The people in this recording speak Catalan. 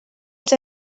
els